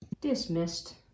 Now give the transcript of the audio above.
Dismissed